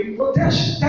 protection